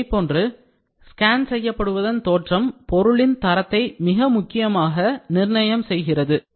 இதைப்போன்று scan செய்யப்படுவதன் தோற்றம் பொருளின் தரத்தை மிக முக்கியமாக நிர்ணயம் செய்கிறது